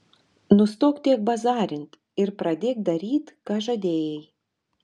nustok tiek bazarint ir pradėk daryt ką žadėjai